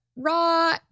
raw